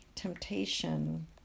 temptation